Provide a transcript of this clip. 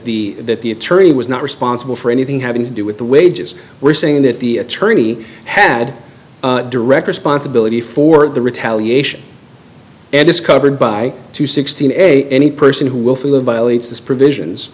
the that the attorney was not responsible for anything having to do with the wages were saying that the attorney had direct responsibility for the retaliation and discovered by two sixteen a any person who will feel a violates this provisions